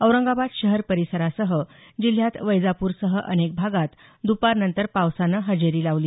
औरंगाबाद शहर परिसरासह जिल्ह्यात वैजापूरसह अनेक भागात दुपारनंतर पावसानं हजेरी लावली